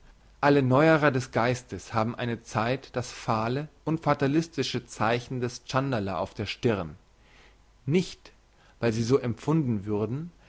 alle neuerer des geistes haben eine zeit das fahle und fatalistische zeichen des tschandala auf der stirn nicht weil sie so empfunden würden